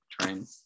train